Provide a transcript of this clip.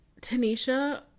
Tanisha